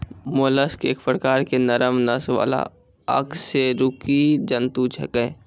mollusc एक प्रकार के नरम नस वाला अकशेरुकी जंतु छेकै